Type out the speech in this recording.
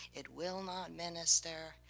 it will not minister,